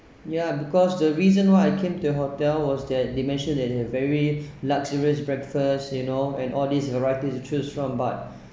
ya because the reason why I came to your hotel was that they mentioned that they have very luxurious breakfast you know and all this variety to choose from but